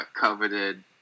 coveted